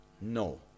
NO